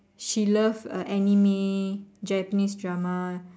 she love anime Japanese drama